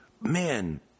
man